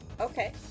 okay